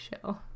Show